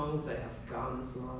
it was like a counsellor